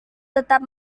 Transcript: tetap